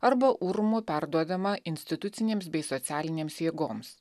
arba urmu perduodama institucinėms bei socialinėms jėgoms